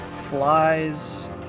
flies